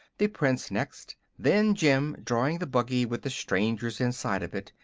the prince next, then jim drawing the buggy with the strangers inside of it,